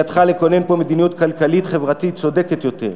בידך לכונן פה מדיניות כלכליות חברתית צודקת יותר.